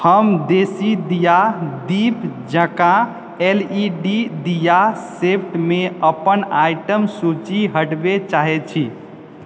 हम देसी दिया दीप जकाँ एल ई डी दिया शेप्डमे अपन आइटम सूची हटबय चाहैत छी